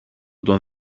τον